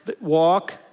walk